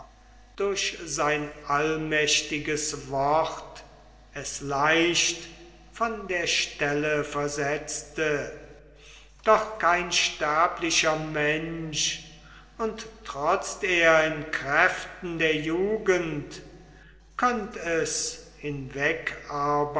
durch sein allmächtiges wort es leicht von der stelle versetzte doch kein sterblicher mensch und trotzt er in kräften der jugend könnt es